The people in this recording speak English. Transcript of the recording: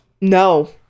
no